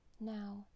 Now